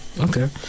Okay